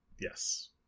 Yes